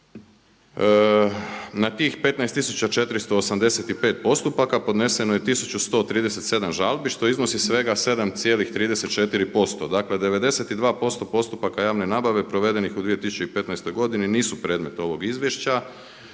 15 tisuća 485 postupaka podneseno je tisuću 137 žalbi što iznosi svega 7,34%. Dakle 92% postupaka javne nabave provedenih u 2015. godini nisu predmet ovog izvješća